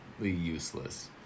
useless